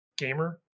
gamer